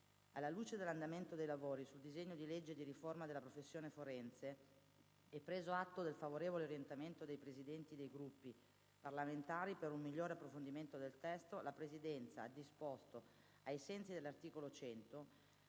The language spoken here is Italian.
Alla luce dell'andamento dei lavori sul disegno di legge di riforma della professione forense e preso atto del favorevole orientamento dei Presidenti dei Gruppi parlamentari per un migliore approfondimento del testo, la Presidenza ha disposto, ai sensi dell'articolo 100,